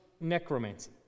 necromancy